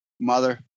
Mother